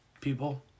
people